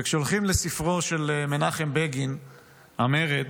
וכשהולכים לספרו של מנחם בגין "המרד",